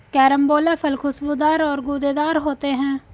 carambola फल खुशबूदार और गूदेदार होते है